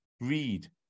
Read